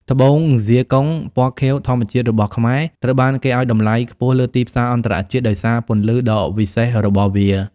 ត្បូងហ្សៀកុង (Zircon) ពណ៌ខៀវធម្មជាតិរបស់ខ្មែរ ត្រូវបានគេឱ្យតម្លៃខ្ពស់លើទីផ្សារអន្តរជាតិដោយសារពន្លឺដ៏វិសេសរបស់វា។